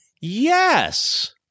Yes